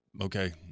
okay